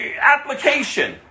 application